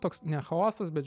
toks ne chaosas bet